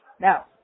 Now